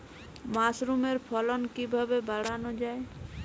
মাসরুমের ফলন কিভাবে বাড়ানো যায়?